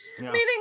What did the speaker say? Meaning